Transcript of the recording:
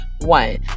one